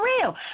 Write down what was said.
real